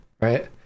right